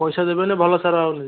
ପଇସା ଦେବେନି ଭଲ ସାର ଆଉ ନାହିଁ